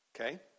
Okay